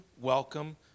welcome